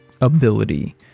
ability